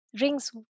rings